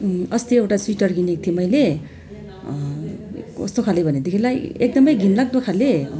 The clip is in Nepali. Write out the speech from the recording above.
अस्ति एउटा स्वेटर किनेको थिएँ मैले कस्तो खाले भनेदेखिलाई एकदमै घिनलाग्दो खाले